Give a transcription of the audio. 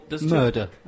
Murder